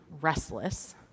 restless